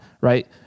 right